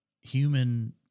human